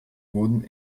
wurden